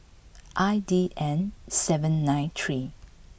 I D N seven nine three